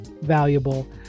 valuable